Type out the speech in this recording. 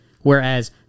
whereas